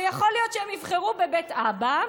ויכול להיות שהם יבחרו בבית אבא,